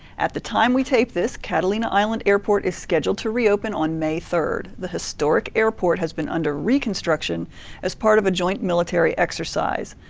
at the time we taped this, catalina island airport is scheduled to reopen on may third. the historic airport has been under reconstruction as part of a joint military exercise.